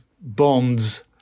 bonds